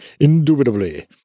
Indubitably